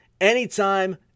anytime